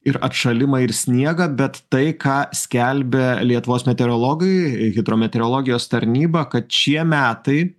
ir atšalimą ir sniegą bet tai ką skelbia lietuvos meteorologai hidrometereologijos tarnyba kad šie metai